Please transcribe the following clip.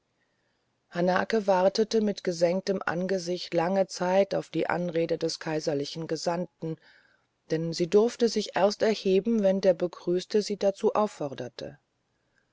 hanake wartete mit gesenktem angesicht lange zeit auf die anrede des kaiserlichen gesandten denn sie durfte sich erst erheben wenn der begrüßte sie dazu aufforderte